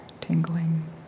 tingling